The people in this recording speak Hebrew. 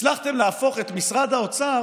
ועל זה כל הכבוד, הצלחתם להפוך, משרד האוצר